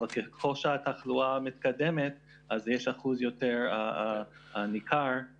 אבל ככל שהתחלואה מתקדמת יש אחוז יותר ניכר במצב קשה.